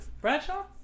Bradshaw